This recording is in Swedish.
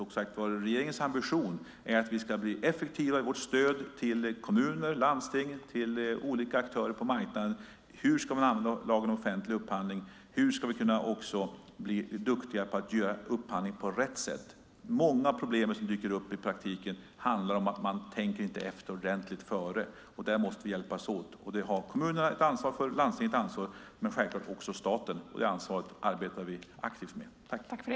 Som sagt är regeringens ambition att vi ska bli effektivare i vårt stöd till kommuner, landsting och olika aktörer på marknaden. Hur ska man använda lagen om offentlig upphandling? Hur ska vi kunna bli duktiga på att göra upphandling på rätt sätt? Många problem som dyker upp i praktiken handlar om att man inte tänker efter ordentligt före, och där måste vi hjälpas åt. Det har kommunerna ett ansvar för och landstingen ett ansvar för. Men självklart har också staten ett ansvar, och det arbetar vi aktivt med.